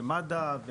ומד"א,